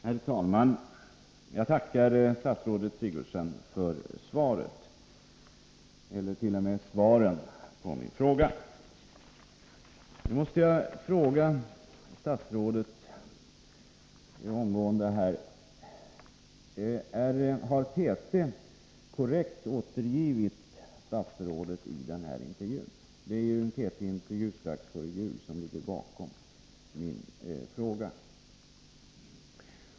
Herr talman! Jag tackar statsrådet Sigurdsen för svaret, ja, t.o.m. svaren, på min fråga. Jag måste fråga statsrådet omgående: Har TT korrekt återgivit vad statsrådet sagt i intervjun som gavs strax före jul och som föranlett min fråga?